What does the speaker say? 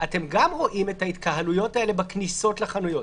אתם גם רואים את ההתקהלויות האלה בכניסות לחנויות.